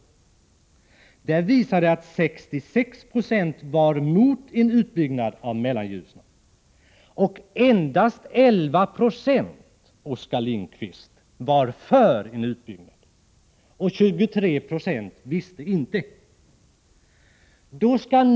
Enligt undersökningen var 66 90 av de tillfrågade mot en utbyggnad av Mellanljusnan. Endast 1196, Oskar Lindkvist, var för en utbyggnad. 23 26 kunde inte ta ställning.